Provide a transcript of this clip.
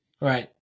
Right